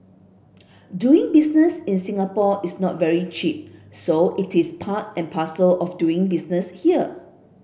doing business in Singapore is not very cheap so it is part and parcel of doing business here